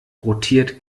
rotiert